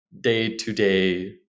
day-to-day